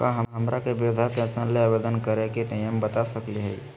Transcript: का हमरा के वृद्धा पेंसन ल आवेदन करे के नियम बता सकली हई?